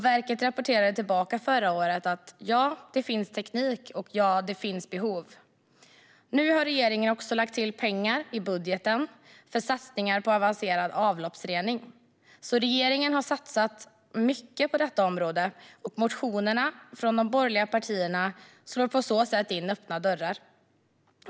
Verket rapporterade tillbaka förra året och sa: Ja, det finns teknik och ja, det finns behov. Nu har regeringen också lagt till pengar i budgeten för satsningar på avancerad avloppsrening, så regeringen har satsat mycket på detta område. Motionerna från de borgerliga partierna slår på så sätt in öppna dörrar.